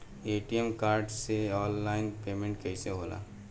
ATM card से online payment कैसे होई?